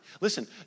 Listen